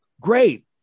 great